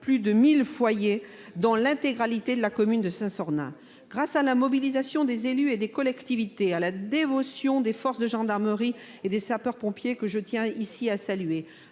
plus de 1 000 foyers, dont l'intégralité de la commune de Saint-Sornin. Grâce à la mobilisation des élus et des collectivités, au dévouement des forces de gendarmerie et des sapeurs-pompiers, que je tiens ici à saluer,